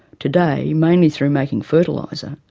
today, mainly through making fertiliser,